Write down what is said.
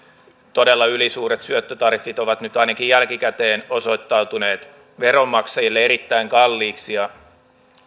todella ylisuuret syöttötariffit ovat nyt ainakin jälkikäteen osoittautuneet veronmaksajille erittäin kalliiksi